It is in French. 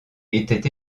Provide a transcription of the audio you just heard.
était